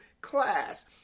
class